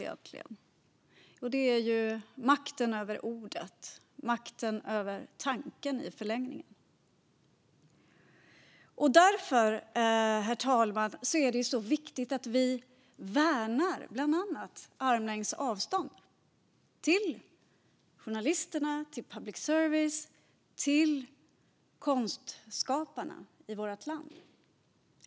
Jo, det är makten över ordet och i förlängningen makten över tanken. Därför är det så viktigt att vi värnar bland annat armlängds avstånd till journalisterna, public service och konstskaparna i vårt land.